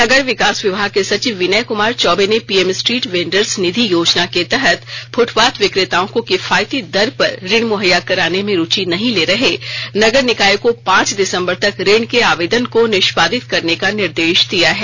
नगर विकास विभाग के सचिव विनय कुमार चौबे ने पीएम स्ट्रीट वेंडर्स निधि योजना के तहत फूटपाथ विक्रेताओं को किफायती दर पर ऋण मुहैया कराने में रूची नहीं ले रहे नगर निकायों को पांच दिसंबर तक ऋण के आवेदन को निष्पादित करने का निर्देश दिया है